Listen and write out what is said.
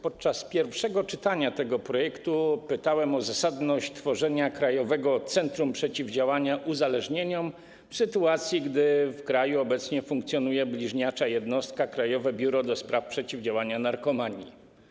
Podczas pierwszego czytania tego projektu pytałem o zasadność utworzenia Krajowego Centrum Przeciwdziałania Uzależnieniom w sytuacji, gdy w kraju funkcjonuje obecnie bliźniacza jednostka: Krajowe Biuro do Spraw Przeciwdziałania Narkomanii.